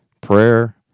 prayer